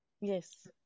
yes